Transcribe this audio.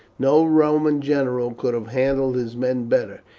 no roman general could have handled his men better.